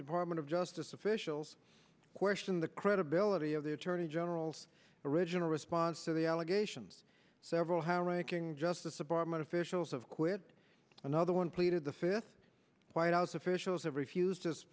department of justice officials question the credibility of the attorney general's original response to the allegations several high ranking justice department officials have quit another one pleaded the fifth white house officials have refused